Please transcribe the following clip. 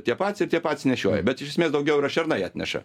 tie patys ir tie patys nešioja bet iš esmės daugiau yra šernai atneša